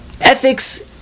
Ethics